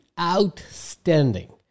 outstanding